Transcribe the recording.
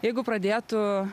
jeigu pradėtų